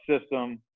system